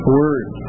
words